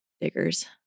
diggers